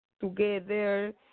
together